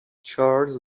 charles